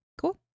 cool